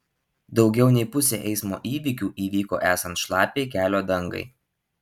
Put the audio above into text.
daugiau nei pusė eismo įvykių įvyko esant šlapiai kelio dangai